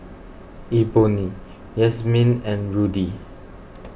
Ebony Yasmeen and Rudy